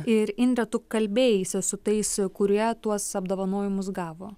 ir indre tu kalbėjaisi su tais kurie tuos apdovanojimus gavo